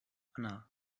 anna